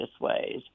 ways